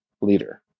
leader